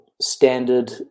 standard